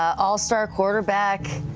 all-star quarterback,